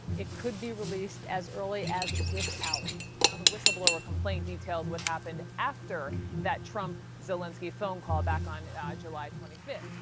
it could be released as early as this hours. now the whistleblower complaint details what happened after that trump zelinsky phone call back on ah july twenty fifth.